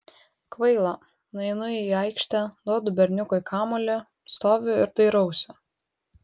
kvaila nueinu į aikštę duodu berniukui kamuolį stoviu ir dairausi